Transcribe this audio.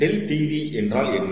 ∆Pv என்றால் என்ன